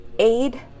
Aid